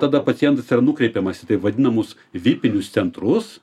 tada pacientas yra nukreipiamas į taip vadinamus vipinius centrus